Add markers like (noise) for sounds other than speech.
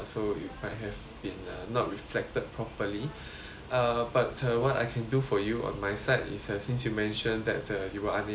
ya not reflected properly (breath) uh but uh what I can do for you on my side is uh since you mention that uh you were unable to take part in the